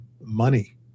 money